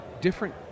different